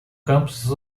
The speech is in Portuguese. campus